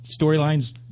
storylines